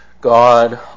God